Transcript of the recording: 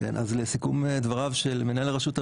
אז לסיכום דבריו של מנהל רשות המיסים,